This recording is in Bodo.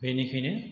बेनिखायनो